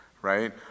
Right